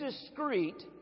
discreet